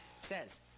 says